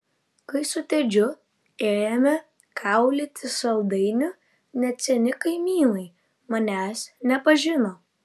kai su tedžiu ėjome kaulyti saldainių net seni kaimynai manęs nepažino